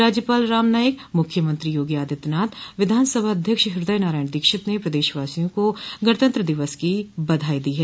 राज्यपाल राम नाईक मुख्यमंत्री योगी अदित्यनाथ विधानसभ अध्यक्ष हृदय नारायण दीक्षित ने प्रदेशवासियों को गणतंत्र दिवस की बधाई दी है